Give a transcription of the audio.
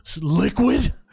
Liquid